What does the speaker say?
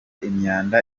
imyanda